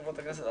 חברות הכנסת,